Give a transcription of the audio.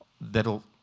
that'll